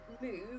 move